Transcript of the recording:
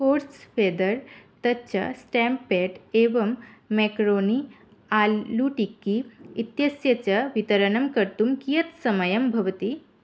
horse feather तच्च stamp pad एवं macaroni aloo tikki इत्यस्य च वितरणं कर्तुं कियत् समयं भवति